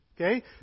Okay